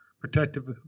protective